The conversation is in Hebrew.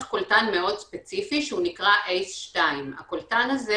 קולטן מאוד ספציפי שנקרא ACE2 הקולטן הזה